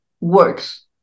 works